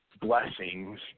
blessings